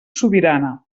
sobirana